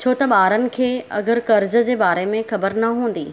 छो त ॿारनि खे अगरि कर्ज़ जे बारे में ख़बर न हूंदी